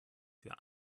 für